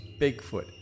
Bigfoot